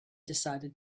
decided